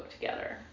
together